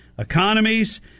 Economies